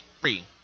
free